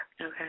Okay